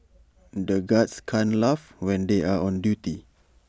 the guards can't laugh when they are on duty